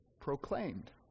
proclaimed